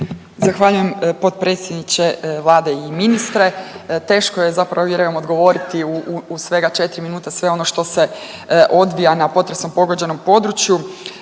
Zahvaljujem potpredsjedniče Vlade i ministre. Teško je zapravo vjerujem odgovoriti u svega 4 minute sve ono što se odvija na potresom pogođenom području.